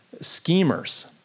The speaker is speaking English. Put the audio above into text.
schemers